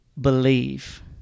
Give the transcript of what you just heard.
believe